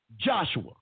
Joshua